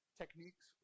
techniques